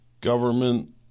government